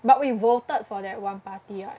but we voted for that one party [what]